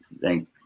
thank